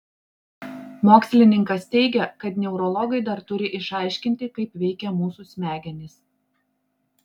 mokslininkas teigia kad neurologai dar turi išaiškinti kaip veikia mūsų smegenys